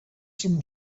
some